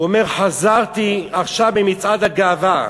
אומר "חזרתי עכשיו ממצעד הגאווה,